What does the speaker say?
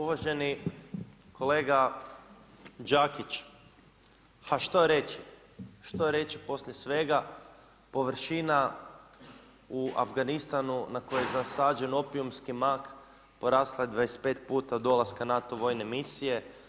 Uvaženi kolega Đakić, pa što reći, što reći poslije svega, površina u Afganistanu, na kojem je zasađen opijumski mak, porasla je 25 puta od dolaska NATO vojne misije.